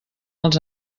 els